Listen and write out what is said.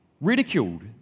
ridiculed